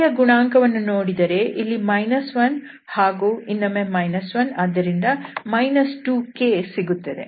k ಯ ಗುಣಾಂಕವನ್ನು ನೋಡಿದರೆ ಇಲ್ಲಿ 1 ಹಾಗೂ ಇನ್ನೊಮ್ಮೆ 1 ಆದ್ದರಿಂದ 2k ಸಿಗುತ್ತದೆ